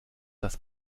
das